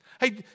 Hey